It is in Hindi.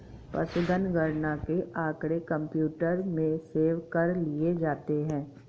पशुधन गणना के आँकड़े कंप्यूटर में सेव कर लिए जाते हैं